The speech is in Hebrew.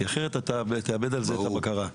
כי אחרת אתה תאבד את הבקרה על זה.